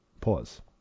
Pause